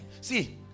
See